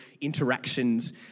interactions